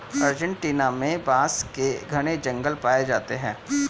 Argentina में बांस के घने जंगल पाए जाते हैं